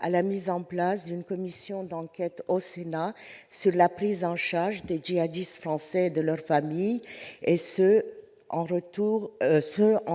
à la mise en place d'une commission d'enquête au Sénat sur la prise en charge des djihadistes français et de leur famille, en